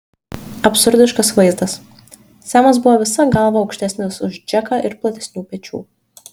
absurdiškas vaizdas semas buvo visa galva aukštesnis už džeką ir platesnių pečių